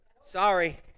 sorry